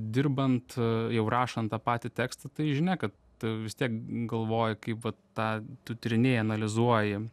dirbant jau rašant tą patį tekstą tai žinia kad tu vis tiek galvoji kaip vat tą tu tyrinėji analizuoji